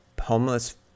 homeless